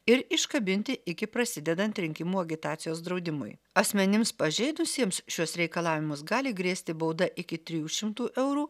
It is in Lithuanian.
ir iškabinti iki prasidedant rinkimų agitacijos draudimui asmenims pažeidusiems šiuos reikalavimus gali grėsti bauda iki trijų šimtų eurų